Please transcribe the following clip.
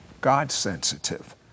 God-sensitive